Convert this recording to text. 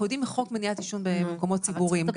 אנחנו יודעים מחוק מניעת עישון במקומות ציבוריים,